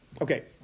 Okay